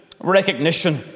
Recognition